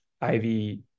ivy